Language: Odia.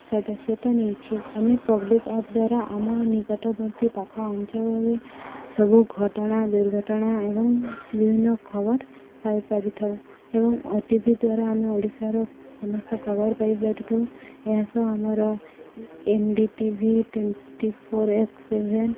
ସଦସ୍ୟତା ନେଇଛି ଆମେ ପବ୍ଲିକ୍ ଆପ୍ ଦ୍ୱାରା ଆମ ନିକଟବର୍ତ୍ତୀ ପାଖ ଅଞ୍ଚଳରେ ସବୁ ଘଟଣା ଦୁର୍ଘଟଣା ଏବଂ ବିଭିନ୍ନ ଖବର ପାଇପାରି ଥାଉ ଏବଂ ଓ ଟି ଭି ଦ୍ୱାରା ଆମେ ଓଡ଼ିଶାର ସମସ୍ତ ଖବର ପାଇପାରି ଥାଉ ଏହା ସହ ଆମର N D T V twenty four x seven